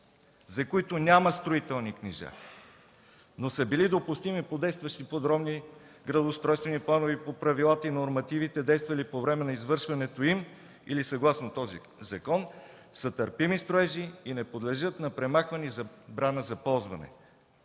за които няма строителни книжа, но са били допустими по действащи подробни градоустройствени планове и по правилата и нормативите, действали по време на извършването им или съгласно този закон, са търпими строежи и не подлежат на премахване и забрана за ползване.